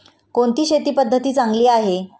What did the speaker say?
कोणती शेती पद्धती चांगली आहे?